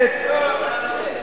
יורדת.